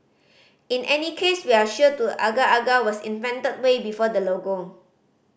in any case we are sure to agar agar was invented way before the logo